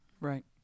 Right